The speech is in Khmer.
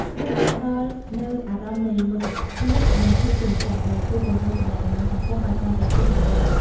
វាបានផ្តល់នូវអារម្មណ៍នៃមោទកភាព និងភាពជាម្ចាស់ ដែលជួយពង្រឹងទំនាក់ទំនងសង្គមឱ្យកាន់តែស៊ីជម្រៅ។